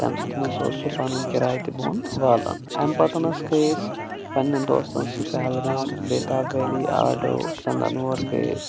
تَمہِ سۭتۍ نَسا اوس سُہ پَنٕنۍ کِرایہِ تہِ بوٚن والان اَمہِ پَتَنَس گٔیے أسۍ پَنٛنٮ۪ن دوستَن سۭتۍ پَہلگام بیتاب ویلی آڑو ژَندَن وور گٔیے أسۍ